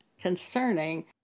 concerning